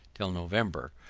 till november,